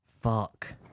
Fuck